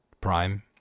Prime